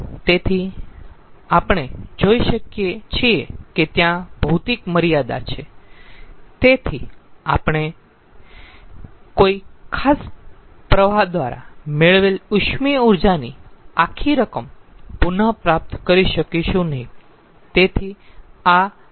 તેથી આપણે જોઈ શકીયે છીએ કે ત્યાં ભૌતિક મર્યાદા છે તેથી આપણે કોઈ ખાસ પ્રવાહ દ્વારા મેળવેલ ઉષ્મીય ઊર્જાની આખી રકમ પુનઃ પ્રાપ્ત કરી શકીશું નહીં